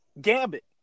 Gambit